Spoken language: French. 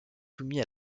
soumis